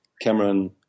Cameron